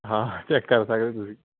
ਹਾਂ ਚੈੱਕ ਕਰ ਸਕਦੇ ਹੋ ਤੁਸੀਂ